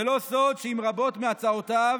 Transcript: זה לא סוד שעם רבות מהצעותיו